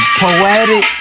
poetic